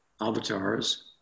avatars